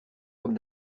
comme